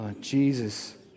Jesus